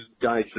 guys